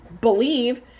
believe